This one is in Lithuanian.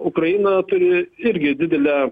ukraina turi irgi didelę